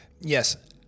Yes